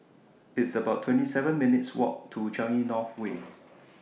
It's about twenty seven minutes' Walk to Changi North Way